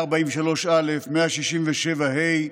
143א, 167(ה),